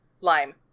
Lime